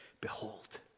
behold